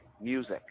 music